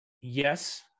yes